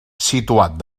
situat